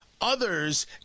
others